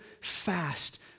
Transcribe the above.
fast